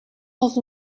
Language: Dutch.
als